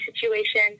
situation